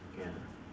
ya